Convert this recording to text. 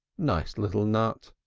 nice little nut!